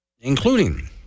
including